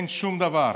אין שום דבר.